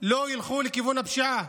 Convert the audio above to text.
לא ילכו לכיוון הפשיעה?